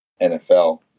NFL